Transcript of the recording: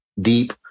deep